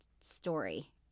story